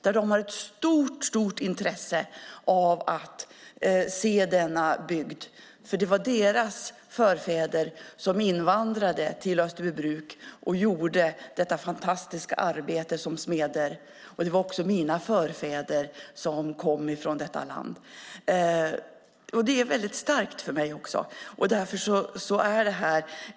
Där har man ett stort intresse av att se denna bygd, för det var deras förfäder som invandrade till Österbybruk och gjorde detta fantastiska arbete som smeder. Också mina förfäder kom ifrån detta land. Detta är starkt för mig.